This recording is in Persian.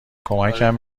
کمکم